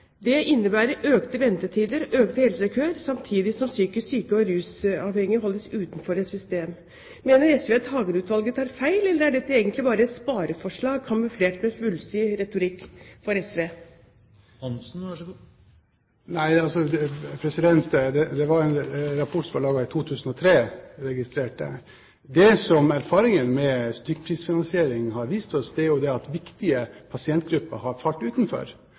opplegg innebærer økte ventetider og økte helsekøer, samtidig som psykisk syke og rusavhengige holdes utenfor et system. Mener SV at Hagen-utvalget tar feil, eller er dette egentlig bare et spareforslag kamuflert med svulstig retorikk for SV? Jeg registrerte at rapporten ble laget i 2003. Det som erfaringen med stykkprisfinansieringen har vist, er at viktige pasientgrupper har falt utenfor,